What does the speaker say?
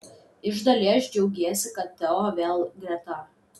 iš dalies džiaugiesi kad teo vėl greta